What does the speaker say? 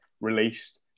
released